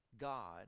God